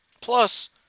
Plus